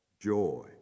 joy